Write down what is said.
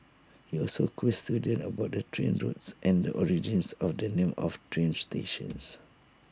he also quizzed students about the train routes and the origins of the names of train stations